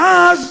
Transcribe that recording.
ואז,